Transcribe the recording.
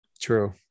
True